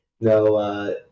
no